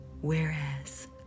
whereas